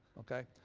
okay?